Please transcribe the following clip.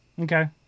Okay